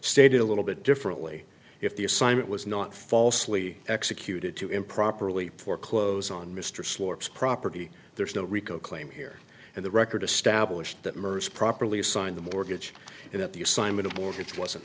stated a little bit differently if the assignment was not falsely executed to improperly foreclose on mr slurps property there is no rico claim here and the record established that merce properly signed the mortgage at the assignment of mortgage wasn't